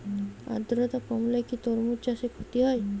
আদ্রর্তা কমলে কি তরমুজ চাষে ক্ষতি হয়?